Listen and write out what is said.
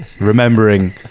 remembering